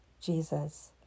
Jesus